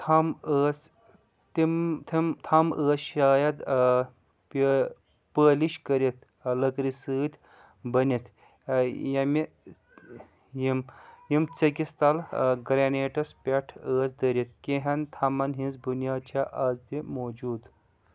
تھَم ٲس تِم تھم ٲسۍ شایَد پر پٲلِش کٔرِتھ لٔکرِ سۭتۍ بٔنِتھ ییٚمہِ یِم یِمۍ ژٔکِس تَل گرینائٹَس پیٹھ ٲس دٔرِتھ کینٛہَن تھَمن ہِنٛز بُنیاد چھےٚ آز تہِ موٗجوٗد